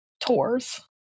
tours